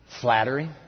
Flattering